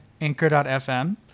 anchor.fm